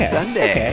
Sunday